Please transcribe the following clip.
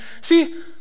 see